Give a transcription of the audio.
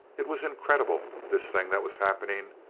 it was incredible, this thing that was happening.